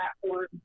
platform